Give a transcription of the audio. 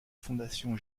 fondation